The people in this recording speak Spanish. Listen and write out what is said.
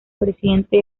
presidente